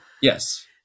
Yes